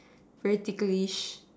very ticklish